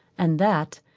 and that,